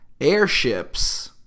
airships